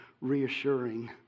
reassuring